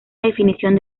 definición